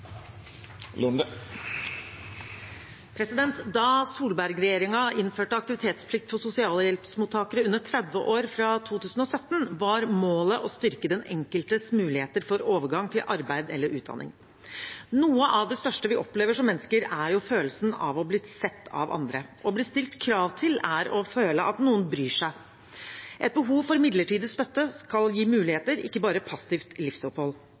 Da Solberg-regjeringen innførte aktivitetsplikt for sosialhjelpsmottakere under 30 år fra 2017, var målet å styrke den enkeltes muligheter for overgang til arbeid eller utdanning. Noe av det største vi opplever som mennesker, er følelsen av å bli sett av andre. Å bli stilt krav til er å føle at noen bryr seg. Et behov for midlertidig støtte skal gi muligheter, ikke bare passivt livsopphold.